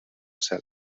cel